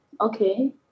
okay